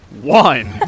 One